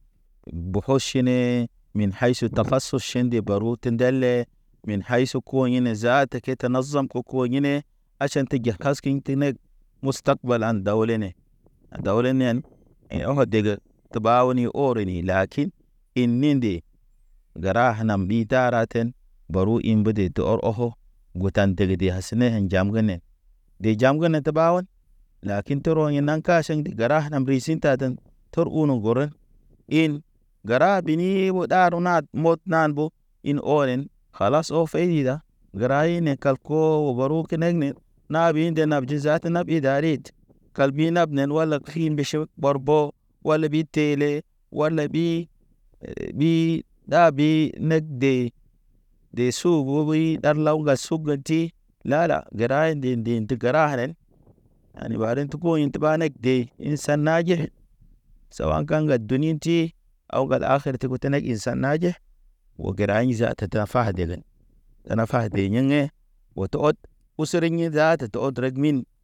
Bokɔ ʃine min haysu tapa su ʃinde barut ndele min haysu ko hine zaata ke te nazam okuwo jine aʃan te jak. Tiŋ te net, mustad balan daw lene. Daw le niyene in of dege te bawni oro ni lakin in ninde. Gəra ha nam ɓi taraten, baru in mbəde te ɔr hɔkɔ. Gutan tege dege as neh njam ge ne, de jam ge ne te ɓawɔl. Lakin toro in naŋ kaʃiŋ gəra hana risim taten, tor uno gure, in gəra bini ɓo ɗaro mod nan ɓo in onen, kalas of hi da. Gəra i ne kalko o baru keneg ne na ɓi nde nabdi zaata nabdi darit. Kalbi nab ne walak fi mbiʃo barbo, wala ɓi tele, wala ɓi, ɓi, ɗa ɓi, neg de, de soho ɓey ɗaɗlaw ŋga suga ti lala gəra ndi nde gəra hanen. Ani barek te ko inte bak de inse naje, sowakan ha duniti, aw gad akat. Ter te go tene in sa naje o gəra ḭ zaata ta fa degen, tana fa de yeyḛ oto ot, usuŋi zaata to odreg min